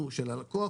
של הלקוח,